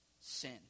sin